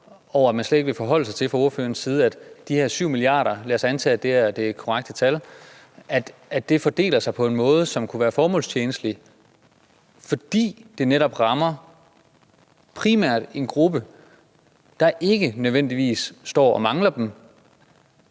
side slet ikke vil forholde sig til, at de her 7 mia. kr. – lad os antage, at det er det korrekte tal – fordeler sig på en måde, som kunne være formålstjenlig, fordi de netop primært rammer en gruppe, der ikke nødvendigvis står og mangler dem.